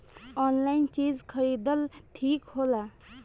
Online चीज खरीदल ठिक होला?